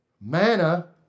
Manna